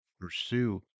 pursue